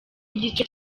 igice